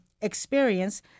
experience